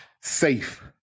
SAFE